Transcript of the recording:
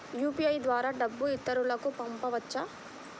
UPI ద్వారా డబ్బు ఇతరులకు పంపవచ్చ?